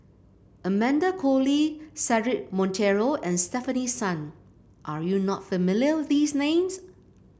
Amanda Koe Lee Cedric Monteiro and Stefanie Sun are you not familiar with these names